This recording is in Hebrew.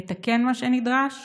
לתקן מה שנדרש